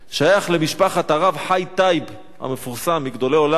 שייך למשפחת הרב חי טייב המפורסם, מגדולי עולם,